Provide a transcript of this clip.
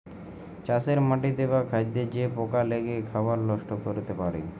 চাষের মাটিতে বা খাদ্যে যে পকা লেগে খাবার লষ্ট ক্যরতে পারে